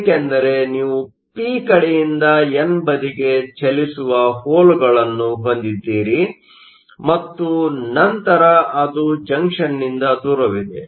ಏಕೆಂದರೆ ನೀವು ಪಿ ಕಡೆಯಿಂದ ಎನ್ ಬದಿಗೆ ಚಲಿಸುವ ಹೋಲ್ಗಳನ್ನು ಹೊಂದಿದ್ದೀರಿ ಮತ್ತು ನಂತರ ಅದು ಜಂಕ್ಷನ್ನಿಂದ ದೂರವಿದೆ